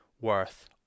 worth